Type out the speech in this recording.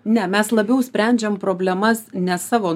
ne mes labiau sprendžiam problemas ne savo